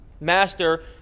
master